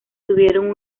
tuvieron